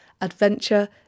adventure